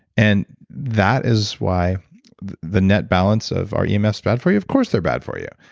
and that is why the net balance of are emfs bad for you? of course they're bad for you,